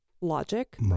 logic